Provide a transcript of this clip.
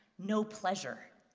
no pleasure.